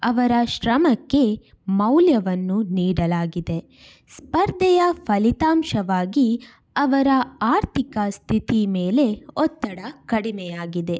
ಅವರ ಶ್ರಮಕ್ಕೆ ಮೌಲ್ಯವನ್ನು ನೀಡಲಾಗಿದೆ ಸ್ಪರ್ಧೆಯ ಫಲಿತಾಂಶವಾಗಿ ಅವರ ಆರ್ಥಿಕ ಸ್ಥಿತಿ ಮೇಲೆ ಒತ್ತಡ ಕಡಿಮೆಯಾಗಿದೆ